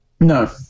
No